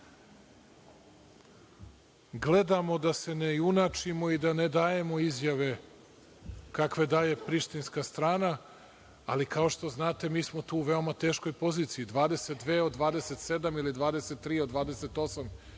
gledamo da se ne junačimo, da ne dajemo izjave kakve daje prištinska strana, ali kao što znate mi smo tu u veoma teškoj poziciji, 22 od 27 ili 23 od 28